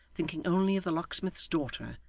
thinking only of the locksmith's daughter,